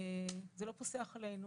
זה לא פוסח עלינו,